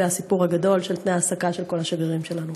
הסיפור הגדול של תנאי העסקה של כל השגרירים שלנו.